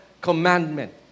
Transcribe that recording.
commandment